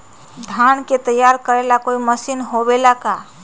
धान के तैयार करेला कोई मशीन होबेला का?